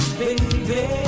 baby